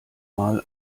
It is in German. mal